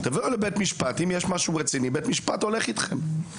אם יש משהו רציני, בית משפט הולך אתכם.